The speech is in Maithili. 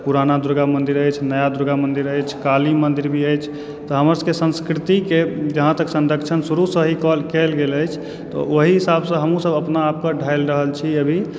पुराना दुर्गा मन्दिर अछि नया दुर्गा मन्दिर अछि काली मन्दिर भी अछि तऽ हमर सभके संस्कृतिके जहाँ तक संरक्षण शुरूसँ ही कएल गेल अछि तऽ ओहि हिसाबसँ हमहुँ सभ अपना आप के ढालि रहल छी अभी